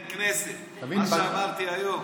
אין כנסת, מה שאמרתי היום.